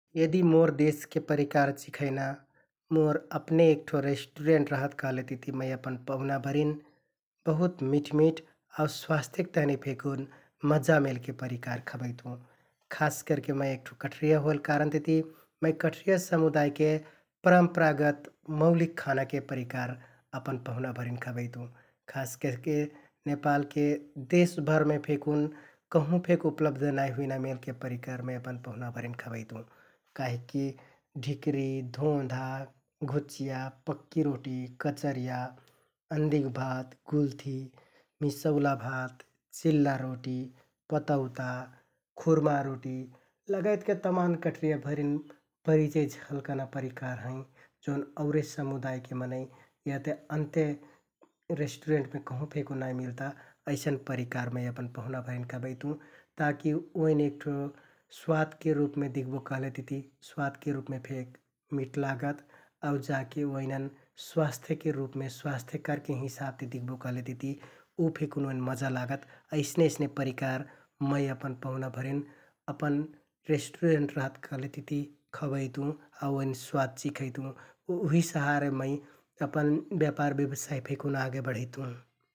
यदि मोर देशके परिकार चिखैना मोर अपने एक ठो रेष्‍टुरेन्ट रहत कहलेतिति मै अपन पहुनाभरिन बहुत मिठ मिठ आउ स्वास्थ्यक तहनि फेकुन मजा मेलके परिकार खबैतुँ । खास करके मै एक ठो कठरिया होइल कारण तिति मै कठरिया समुदायके परम्परागत मौलिक खानाके परिकार अपन पहुना भरिन खबैतुँ । खास करके नेपालके देशभरमे फेकुन कहुँ फेक उपलब्ध नाइ हुइना मेलके परिकार मै अपन पहुनाभरिन खबैतुँ । काहिककि ढिक्रि, धोंधा, घुचिया, पक्कि रोटि, कचरिया, अन्दिक भात, गुल्थि, मिसौला भात, चिल्ला रोटि, पतौता, खुर्मा रोटि लगायतके तमान कठरियाभरिन परिचय झल्काना परिकार हैं । जौन औरे समुदायके मनैं याते अन्ते रेष्‍टुरेन्टमे कहुँ फेकुन नाइ मिलता । अइसन परिकार मै अपन पहुनाभरिन खबैतुँ ताकि ओइन एक ठो स्वादके रुपमे दिख्बो कहलेतिति स्वादके रुपमे फेक मिठ लागत आउ जाके ओइनन स्वास्थ्यके रुपमे स्वास्थ्य करके हिसाबति दिख्बो कहलेतिति उ फेकुन ओइन मजा लागत । अइसने अइसने परिकार मै अपन पहुनाभरिन अपन रेष्‍टुरेन्ट रहत कहलेतिति खबैतुँ आउ ओइन स्वाद चिखैतुँ । उ-उहि शहारे मै अपन ब्यापार ब्यवसाय फेकुन आगे पढैतुँ ।